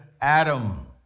Adam